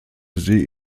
sie